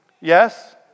Yes